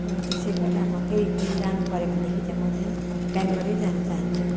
र त्यसै गरेर म फेरि फेरि जानुपऱ्यो भनेदेखि चाहिँ म चाहिँ बेङ्गलोरै जानु चाहन्छु